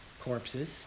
corpses